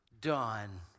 done